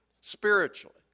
spiritually